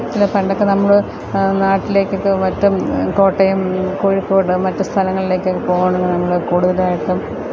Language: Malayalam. പിന്നെ പണ്ടൊക്കെ നമ്മൾ നാട്ടിലേക്കൊക്കെ മറ്റും കോട്ടയം കോഴിക്കോട് മറ്റ് സ്ഥലങ്ങളിലേക്കൊക്കെ പോകണമെങ്കില് നമ്മൾ കൂടുതലായിട്ടും